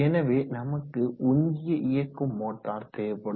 எனவே நமக்கு உந்தியை இயக்கும் மோட்டார் தேவைப்படும்